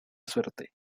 suerte